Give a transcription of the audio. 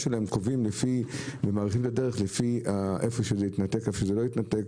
שלהם לפי איפה שהקו יתנתק ואיפה שלא יתנתק.